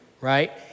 right